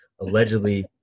allegedly